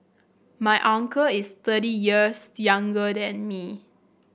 my uncle is thirty years younger than me